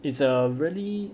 it's a really